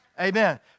Amen